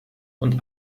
und